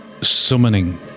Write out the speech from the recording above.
summoning